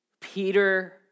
Peter